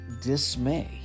dismay